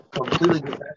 completely